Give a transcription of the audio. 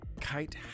Kite